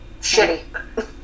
Shitty